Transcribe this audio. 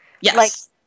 Yes